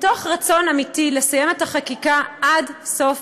מתוך רצון אמיתי לסיים את החקיקה עד סוף